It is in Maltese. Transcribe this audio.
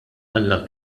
alla